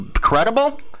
credible